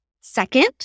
Second